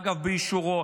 אגב, באישורו.